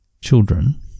children